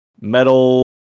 metal